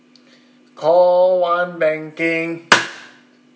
call one banking